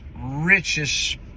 richest